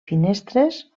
finestres